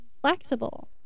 flexible